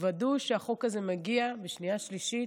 תוודאו שהחוק הזה מגיע בשנייה ושלישית,